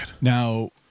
Now